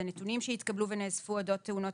הנתונים שהתקבלו ונאספו אודות תאונות